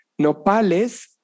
Nopales